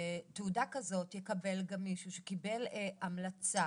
שתעודה כזאת יקבל גם מישהו שקיבל המלצה